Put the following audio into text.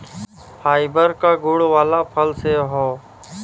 fibre क गुण वाला फल सेव हौ